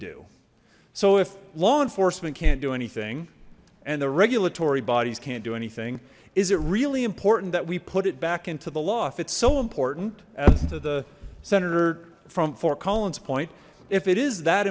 do so if law enforcement can't do anything and the regulatory bodies can't do anything is it really important that we put it back into the law if it's so important as to the senator from fort collins point if it is that